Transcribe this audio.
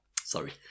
Sorry